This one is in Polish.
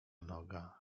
noga